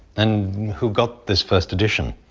and who got this first edition?